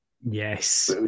Yes